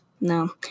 No